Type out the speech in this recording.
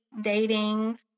dating